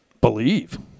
believe